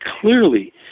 clearly